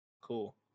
Cool